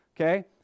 Okay